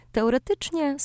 Teoretycznie